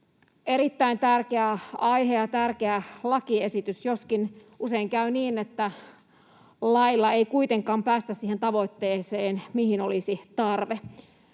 Erittäin tärkeä aihe ja tärkeä lakiesitys, joskin usein käy niin, että lailla ei kuitenkaan päästä siihen tavoitteeseen, mihin olisi tarve.